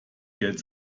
geld